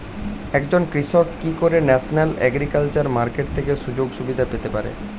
একজন কৃষক কি করে ন্যাশনাল এগ্রিকালচার মার্কেট থেকে সুযোগ সুবিধা পেতে পারে?